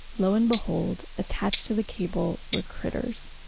lo and behold, attached to the cable were critters,